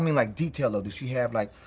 i mean like, detailed. did she have, like,